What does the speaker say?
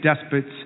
despots